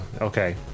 okay